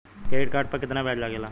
Credit card पर कितना ब्याज लगेला?